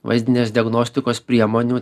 vaizdinės diagnostikos priemonių